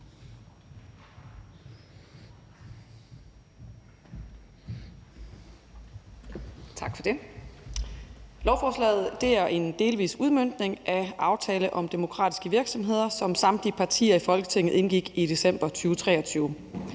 Tak for det. Lovforslaget er en delvis udmøntning af aftale om demokratiske virksomheder, som samtlige partier i Folketinget indgik i december 2023.